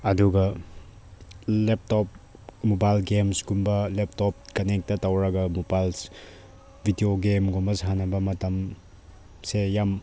ꯑꯗꯨꯒ laptop mobile ꯒꯦꯝꯁꯀꯨꯝꯕ laptop connector ꯇꯧꯔꯒ ꯃꯣꯕꯥꯏꯜꯁ ꯚꯤꯗꯤꯑꯣ ꯒꯦꯝꯁꯒꯨꯝꯕ ꯁꯥꯟꯅꯕ ꯃꯇꯝꯁꯦ ꯌꯥꯝ